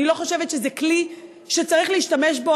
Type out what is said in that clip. אני לא חושבת שזה כלי שצריך להשתמש בו.